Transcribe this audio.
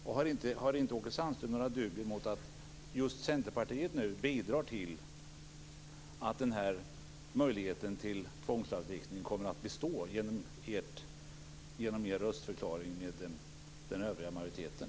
Och har Åke Sandström inga dubier mot att just Centerpartiet nu bidrar till att den här möjligheten till tvångslagstiftning består genom Centerns röstförklaring tillsammans med resten av majoriteten?